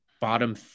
bottom